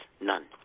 None